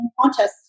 contests